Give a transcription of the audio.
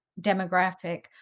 demographic